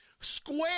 Square